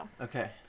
Okay